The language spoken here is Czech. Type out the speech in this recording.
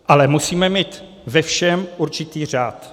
Ale musíme mít ve všem určitý řád.